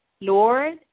Lord